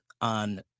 on